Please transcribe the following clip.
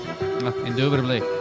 Indubitably